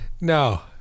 No